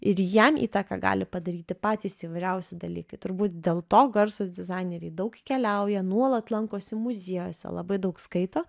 ir jam įtaką gali padaryti patys įvairiausi dalykai turbūt dėl to garsūs dizaineriai daug keliauja nuolat lankosi muziejuose labai daug skaito